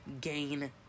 Gain